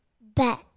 Bet